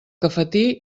cafetí